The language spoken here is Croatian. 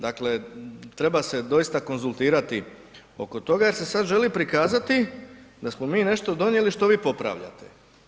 Dakle, treba se dosita konzultirati oko toga jer se sad želi prikazati da smo mi nešto donijeli što vi popravljate.